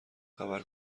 خبر